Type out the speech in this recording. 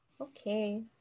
Okay